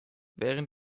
während